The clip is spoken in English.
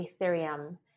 Ethereum